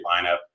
lineup